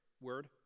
word